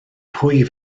pwy